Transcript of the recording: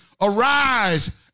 Arise